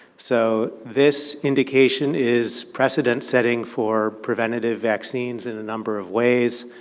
so, this indication is precedent-setting for preventative vaccines in a number of ways.